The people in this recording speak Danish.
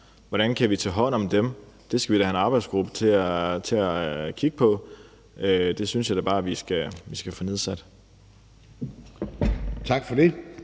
Hvordan kan vi tage hånd om dem? Det skal vi da have en arbejdsgruppe til at kigge på. Den synes jeg da bare vi skal få nedsat. Kl.